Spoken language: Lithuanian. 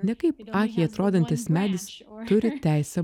nekaip akiai atrodantis medis turi teisę